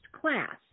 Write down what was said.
class